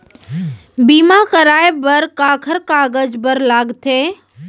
बीमा कराय बर काखर कागज बर लगथे?